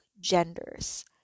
genders